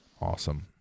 Awesome